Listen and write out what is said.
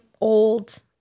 old